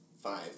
Five